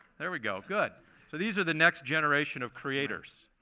there we go, good. so these are the next generation of creators,